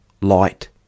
Light